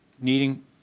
needing